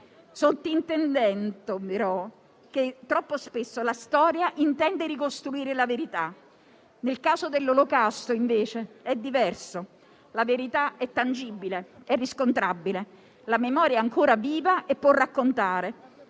sottintendendo, però, che troppo spesso la storia intende ricostruire la verità. Nel caso dell'Olocausto è diverso: la verità è tangibile, è riscontrabile, la memoria è ancora viva e può raccontare.